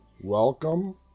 Welcome